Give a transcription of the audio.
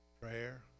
Prayer